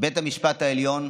בית המשפט העליון,